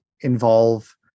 involve